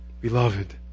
Beloved